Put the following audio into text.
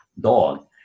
dog